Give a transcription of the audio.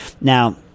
now